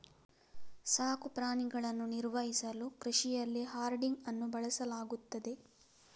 ಸಾಕು ಪ್ರಾಣಿಗಳನ್ನು ನಿರ್ವಹಿಸಲು ಕೃಷಿಯಲ್ಲಿ ಹರ್ಡಿಂಗ್ ಅನ್ನು ಬಳಸಲಾಗುತ್ತದೆ